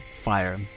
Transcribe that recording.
fire